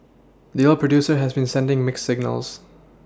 the oil producer has been sending mixed signals